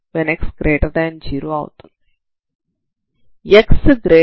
అంటే uxtu1xt|x0 అవుతుంది